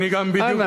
אנא.